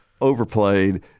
overplayed